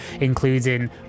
including